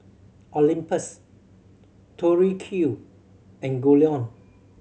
Olympus Tori Q and Goldlion